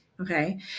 Okay